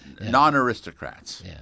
non-aristocrats